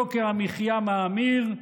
יוקר המחיה מאמיר,